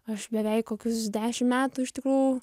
aš beveik kokius dešim metų iš tikrųjų